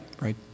Right